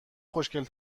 خوشگل